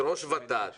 את ראש ות"ת,